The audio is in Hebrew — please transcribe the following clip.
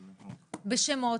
בשמות,